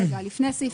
לפני כן.